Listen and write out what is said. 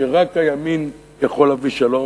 שרק הימין יכול להביא שלום,